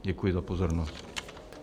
Děkuji za pozornost.